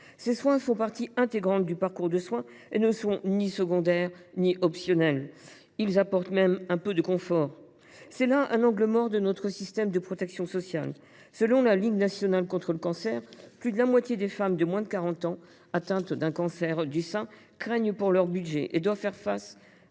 Ces soins font partie intégrante du parcours de soins et ne sont ni secondaires ni optionnels ; ils apportent même un peu de confort. C’est là un angle mort de notre système de protection sociale. Selon la Ligue nationale contre le cancer, plus de la moitié des femmes de moins de 40 ans atteintes d’un cancer du sein craignent pour leur budget et doivent faire des